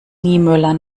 niemöller